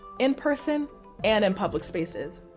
in person and in public spaces.